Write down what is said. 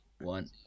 one